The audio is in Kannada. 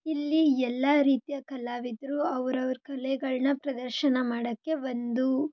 ಇಲ್ಲಿ ಎಲ್ಲ ರೀತಿಯ ಕಲಾವಿದರು ಅವ್ರವ್ರ ಕಲೆಗಳನ್ನ ಪ್ರದರ್ಶನ ಮಾಡೋಕ್ಕೆ ಒಂದು